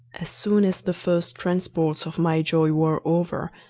as soon as the first transports of my joy were over,